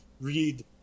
read